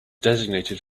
designated